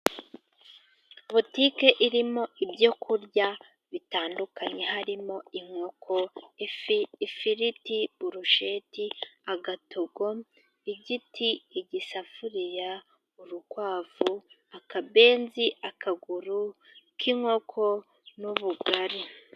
Botike irimo ibyokurya bitandukanye harimo: inkoko, ifi, ifiriti, burusheti, agatogo, igiti, igisafuriya, urukwavu, akabenzi, akaguru k'inkoko n'ubugari.